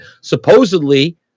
Supposedly